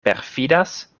perfidas